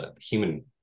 human